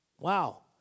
Wow